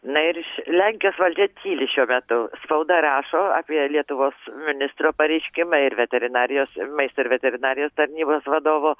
na ir iš lenkijos valdžia tyli šiuo metu spauda rašo apie lietuvos ministro pareiškimą ir veterinarijos maisto ir veterinarijos tarnybos vadovo